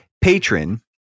patron